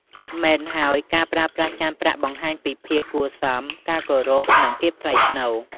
ពិតមែនហើយ ការប្រើប្រាស់ចានប្រាក់បង្ហាញពីភាពគួរសម ការគោរព និងភាពថ្លៃថ្នូរ។